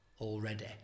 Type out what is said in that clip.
already